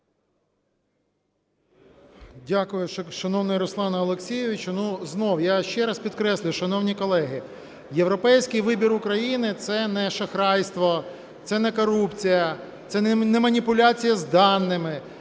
Дякую, шановний Руслане Олексійовичу. Ну, знову я ще раз підкреслюю, шановні колеги, європейський вибір України – це не шахрайство, це не корупція, це не маніпуляція з даними.